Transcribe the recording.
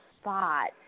spot